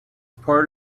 part